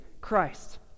Christ